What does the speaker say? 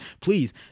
please